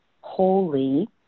holy